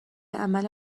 عمل